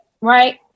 right